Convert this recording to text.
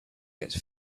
gets